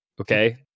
Okay